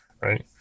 right